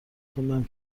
خوندم